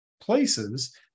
places